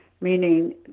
meaning